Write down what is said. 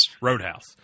Roadhouse